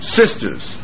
sisters